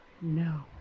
No